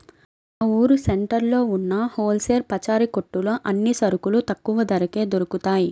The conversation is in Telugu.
మా ఊరు సెంటర్లో ఉన్న హోల్ సేల్ పచారీ కొట్టులో అన్ని సరుకులు తక్కువ ధరకే దొరుకుతయ్